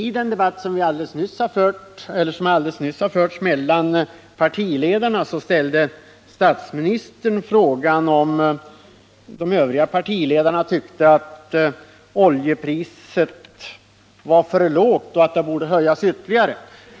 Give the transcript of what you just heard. I den debatt som alldeles nyss har förts mellan partiledarna ställde statsministern frågan, om de övriga partiledarna tyckte att oljepriset var för lågt och att det borde höjas ytterligare.